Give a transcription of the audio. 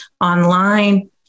online